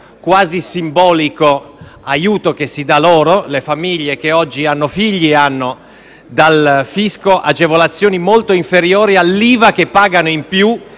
quasi simbolico, aiuto che si dà loro. Le famiglie che oggi hanno figli ricevono dal fisco agevolazioni molto inferiori all'IVA che pagano in più,